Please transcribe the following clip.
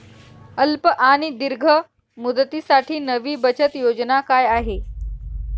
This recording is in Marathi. अल्प आणि दीर्घ मुदतीसाठी नवी बचत योजना काय आहे?